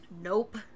Nope